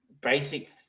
basic